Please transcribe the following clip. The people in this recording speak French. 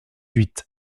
huit